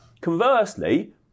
Conversely